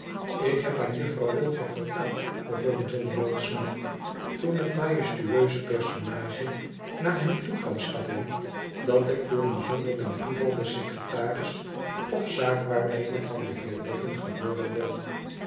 ik heb aan juffrouw wilfer verteld begon john rokesmith toen het majestueuse personage naar hen toe kwam stappen t dat ik door een zonderling toeval de secretaris of zaakwaarnemer van den heer boffin geworden ben